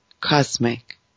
cosmic